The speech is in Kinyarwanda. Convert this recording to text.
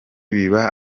biba